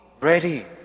ready